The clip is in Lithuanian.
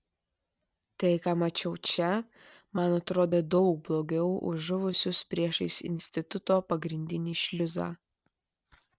tai ką mačiau čia man atrodė daug blogiau už žuvusius priešais instituto pagrindinį šliuzą